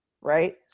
right